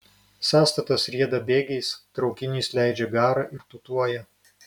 sąstatas rieda bėgiais traukinys leidžia garą ir tūtuoja